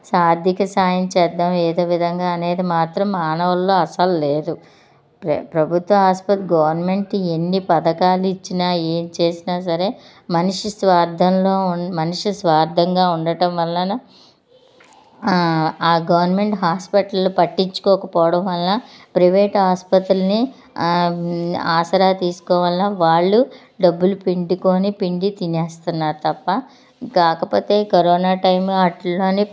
ఆర్థిక సహాయం చేద్దాం ఏదో విధంగా అనేది మాత్రం మానవుల్లో అస్సలు లేదు ప్ర ప్రభుత్వ ఆసుపత్ గవర్నమెంట్ ఎన్ని పథకాలు ఇచ్చినా ఏమి చేసినా సరే మనిషి స్వార్థంలో ఉం మనిషి స్వార్థంగా ఉండటం వలన ఆ గవర్నమెంట్ హాస్పిటల్ పట్టించుకోకపోవడం వల్ల ప్రైవేట్ హాస్పిటల్ని ఆసరా తీసుకోవాలా వాళ్ళు డబ్బులు పిండుకొని పిండి తినేస్తన్నారు తప్ప కాకపోతే కరోనా టైంలో వాటిల్లోని